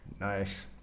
Nice